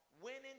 winning